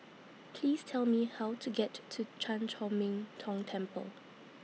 Please Tell Me How to get to to Chan Chor Min Tong Temple